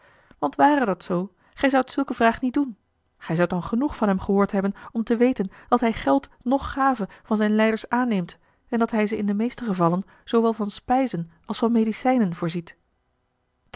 want ware dat zoo gij zoudt zulke vraag niet doen gij zoudt dan genoeg van hem gehoord hebben om te weten dat hij geld noch gave van zijne lijders aanneemt en dat hij ze in de meeste gevallen zoowel van spijzen als van medicijnen voorziet